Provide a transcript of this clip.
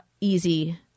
easy